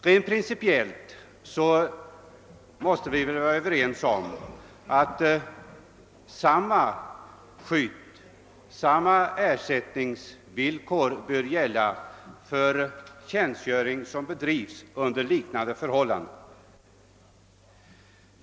Rent principiellt är vi väl ense om att samma skydd och samma ersättningsvillkor bör gälla vid all tjänstgöring som bedrivs under liknande förhållanden.